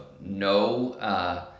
no